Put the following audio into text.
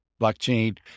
blockchain